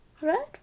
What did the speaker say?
Right